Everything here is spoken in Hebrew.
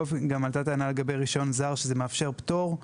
גם עלתה טענה לגבי כך שרישיון זר מאפשר פטור.